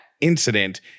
incident